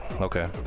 Okay